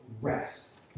rest